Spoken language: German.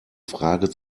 frage